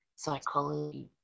psychology